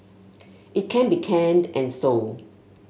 it can be canned and sold